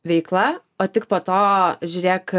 veikla o tik po to žiūrėk